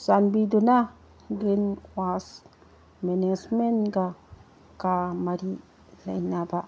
ꯆꯥꯟꯕꯤꯗꯨꯅ green waste ꯃꯦꯅꯦꯁꯃꯦꯟꯒ ꯀ ꯃꯔꯤ ꯂꯩꯅꯕ